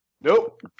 Nope